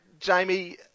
Jamie